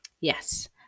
Yes